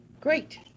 great